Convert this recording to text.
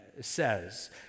says